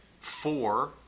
four